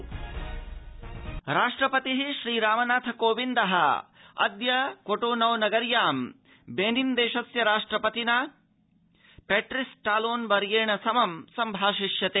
राष्ट्रपति बेनिन् राष्ट्रपतिः श्रीरामनाथ कोविन्दः अद्य कोटोनौ नगर्यां बेनिन् देशस्य राष्ट्रपतिना पैट्रिस टालोन वर्येण समं सम्भाषिष्यते